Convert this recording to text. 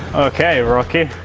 okay, rocky!